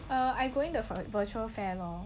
err I going the virtual fair lor